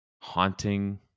haunting